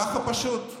ככה פשוט.